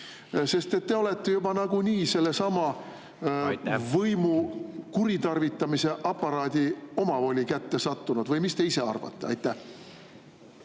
Sest te olete juba nagunii sellesama … Aitäh! … võimu kuritarvitamise aparaadi omavoli kätte sattunud. Või mis te ise arvate? …